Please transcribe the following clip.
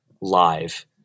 live